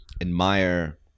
Admire